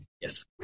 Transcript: Yes